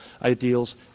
ideals